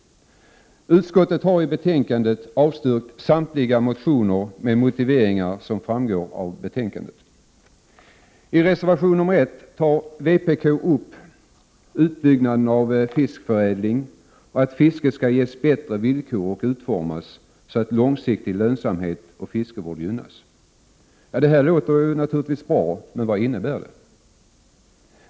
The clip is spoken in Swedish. Utskottet har avstyrkt samtliga motioner med motiveringar som framgår av betänkandet. I reservation nr 1 tar vpk upp utbyggnad av fiskförädling och att fisket skall ges bättre villkor och utformas så, att långsiktig lönsamhet och fiskevård gynnas. Detta låter naturligtvis bra, men vad är innebörden?